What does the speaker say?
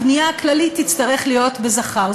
הפנייה הכללית תצטרך להיות בזכר.